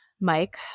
Mike